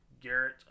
Garrett